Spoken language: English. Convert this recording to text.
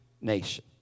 nation